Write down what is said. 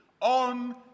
on